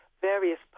various